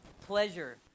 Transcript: Pleasure